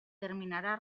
terminará